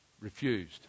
refused